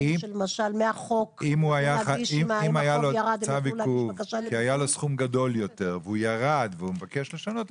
אם היה לו צו עיכוב כי היה לו סכום גדול יותר והוא ירד והוא מבקש לשנות,